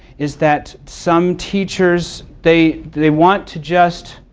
is that some teachers, they they want to just